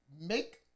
make